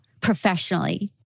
professionally